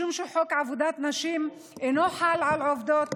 משום שחוק עבודת נשים אינו חל על עובדות